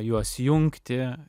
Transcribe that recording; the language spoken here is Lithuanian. juos jungti